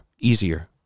easier